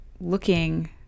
looking